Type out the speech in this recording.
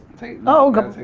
take oh